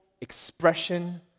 expression